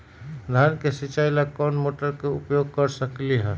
धान के सिचाई ला कोंन मोटर के उपयोग कर सकली ह?